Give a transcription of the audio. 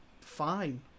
fine